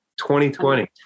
2020